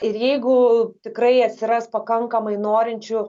ir jeigu tikrai atsiras pakankamai norinčių